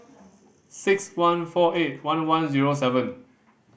six one four eight one one zero seven